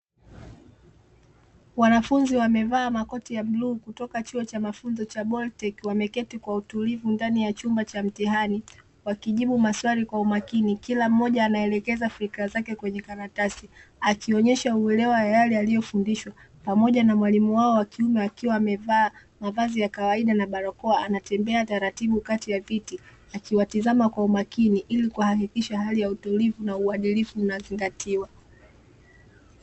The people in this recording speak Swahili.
Wanafunzi wamevaa makoti ya bluu kutoka Chuo cha Mafunzo cha Boliteki wameketi kwa utulivu ndani ya chumba cha mtihani wakijibu maswali kwa umakini. Kila mmoja anaelekeza fikra zake kwenye karatasi, akionyesha uelewa ya yale yaliyofundishwa. Pamoja na mwalimu wao wa kiume akiwa amevaa mavazi ya kawaida na barakoa anatembea taratibu kati ya viti, akiwatizama kwa umakini ili kuhakikisha hali ya utulivu na uadilifu unazingatiwa.